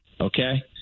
Okay